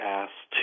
asked